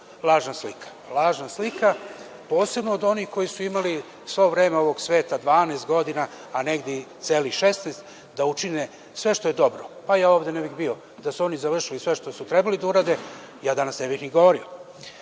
lažna slika. Lažna slika, posebno od onih koji su imali sve vreme ovog sveta, 12 godina, a negde i celih 16, da učine sve što je dobro. Pa, ja ovde ne bih bio da su oni završili sve što je trebalo da urade, ja danas ne bih ni govorio. Drugi